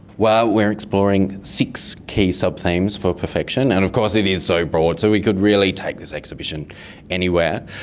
well, we are exploring six key subthemes for perfection, and of course it is so broad so we could really take this exhibition anywhere.